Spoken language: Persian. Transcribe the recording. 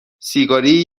سیگاری